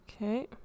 Okay